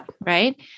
Right